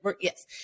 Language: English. yes